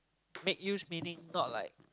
make use meaning not like